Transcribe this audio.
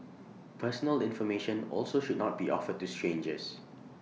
personal information also should not be offered to strangers